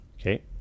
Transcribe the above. Okay